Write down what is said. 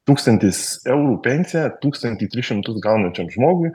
tūkstantis eurų pensija tūkstantį tris šimtus gaunančiam žmogui